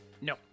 No